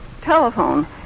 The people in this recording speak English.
telephone